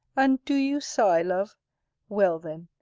and do you sigh, love well then,